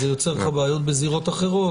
זה יוצר לך בעיות בזירות אחרות.